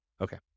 Okay